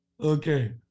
Okay